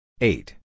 Eight